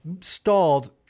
stalled